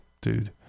dude